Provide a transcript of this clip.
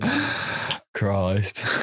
Christ